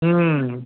हं